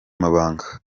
mabanga